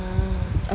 ah